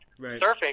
Surfing